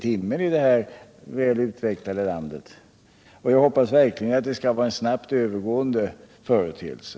Jag hoppas verkligen att det är en snabbt övergående företeelse.